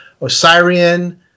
Osirian